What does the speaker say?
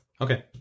Okay